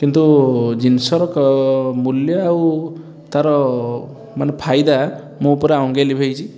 କିନ୍ତୁ ଜିନଷର ମୂଲ୍ୟ ଆଉ ତା'ର ମାନେ ଫାଇଦା ମୁଁ ପୂରା ଅଙ୍ଗେ ଲିଭାଇଛି